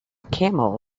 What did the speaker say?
camel